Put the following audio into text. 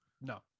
No